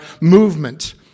movement